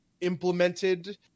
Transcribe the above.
implemented